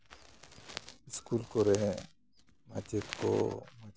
school ᱠᱚᱨᱮ ᱢᱟᱪᱮᱫ ᱠᱚ